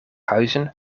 huizen